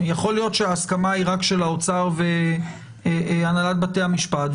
יכול להיות שההסכמה היא רק של האוצר והנהלת בתי המשפט,